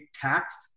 taxed